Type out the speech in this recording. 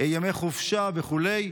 ימי חופשה וכו'.